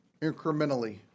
incrementally